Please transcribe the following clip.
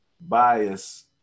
Bias